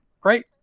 great